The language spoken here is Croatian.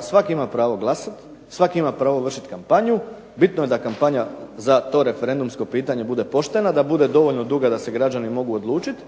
svak ima pravo glasati, svak ima pravo vršiti kampanju, bitno je da kampanja za to referendumsko pitanje bude poštena, da bude dovoljno duga da se građani mogu odlučiti